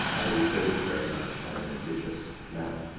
and it is based very much on an indigenous map.